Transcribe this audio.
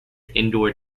indoor